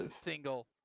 single